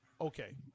Okay